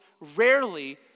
rarely